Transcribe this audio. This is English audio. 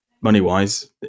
money-wise